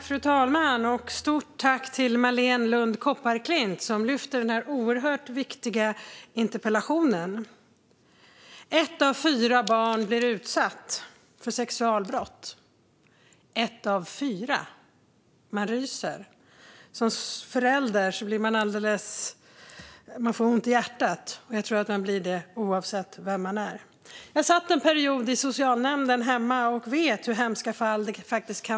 Fru talman! Stort tack till Marléne Lund Kopparklint, som ställer den här oerhört viktiga interpellationen! Ett av fyra barn blir utsatt för sexualbrott - ett av fyra! Man ryser. Som förälder får man ont i hjärtat, och det tror jag att man får oavsett vem man är. Jag satt under en period i socialnämnden hemma och vet hur hemska fall det kan handla om.